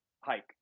hike